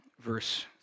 verse